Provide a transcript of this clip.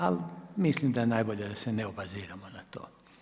Ali mislim da je najbolje da se ne obaziremo na to.